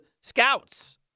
scouts